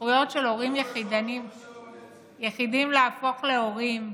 זכויות של הורים יחידנים להפוך להורים.